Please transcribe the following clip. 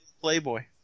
Playboy